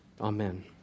Amen